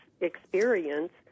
experience